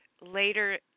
later